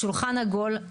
שולחן עגול,